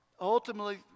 ultimately